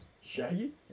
shaggy